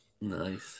Nice